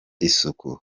isuku